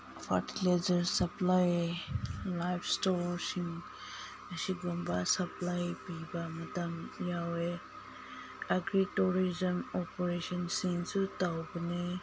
fertiliser supply ꯂꯥꯏꯐ ꯏꯁꯇꯣꯔꯁꯤꯡ ꯑꯁꯤꯒꯨꯝꯕ ꯁꯞꯄ꯭ꯂꯥꯏ ꯄꯤꯕ ꯃꯇꯝ ꯌꯥꯎꯋꯦ ꯑꯦꯒ꯭ꯔꯤ ꯇꯨꯔꯤꯖꯝ ꯑꯣꯄꯔꯦꯁꯟꯁꯤꯡꯁꯨ ꯇꯧꯕꯅꯦ